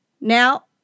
Now